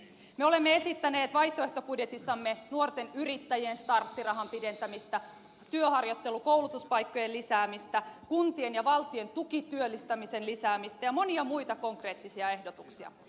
me olemme esittäneet vaihtoehtobudjetissamme nuorten yrittäjien starttirahan pidentämistä työharjoittelu koulutuspaikkojen lisäämistä kuntien ja valtion tukityöllistämisen lisäämistä ja monia muita konkreettisia ehdotuksia